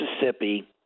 Mississippi